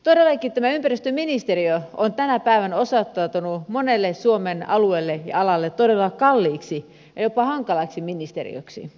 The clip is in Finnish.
todellakin tämä ympäristöministeriö on tänä päivänä osoittautunut monelle suomen alueelle ja alalle todella kalliiksi ja jopa hankalaksi ministeriöksi ja toimijaksi